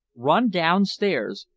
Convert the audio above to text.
run downstairs.